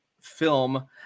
film